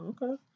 Okay